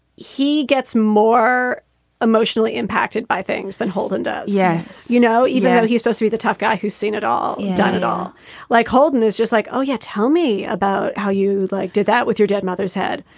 he gets more emotionally impacted by things than holden does. yes. you know, even though he's supposed to be the tough guy who's seen it all, he's done it all like holden is just like, oh, yeah. tell me about how you like did that with your dead mother's head.